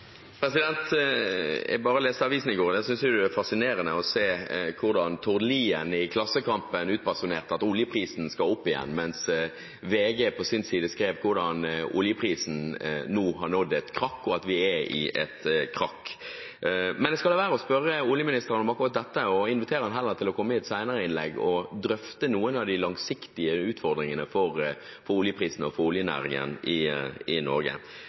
Jeg synes det er fascinerende å se hvordan Tord Lien i Klassekampen utbasunerte at oljeprisen skal opp igjen, mens VG på sin side skrev hvordan oljeprisen nå har nådd et krakk, og at vi er i et krakk. Jeg skal la være å spørre oljeministeren om akkurat dette, og inviterer han heller til å komme i et senere innlegg og drøfte noen av de langsiktige utfordringene for oljeprisen og oljenæringen i Norge.